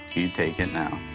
you take it now.